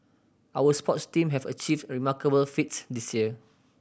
our sports team have achieved remarkable feats this year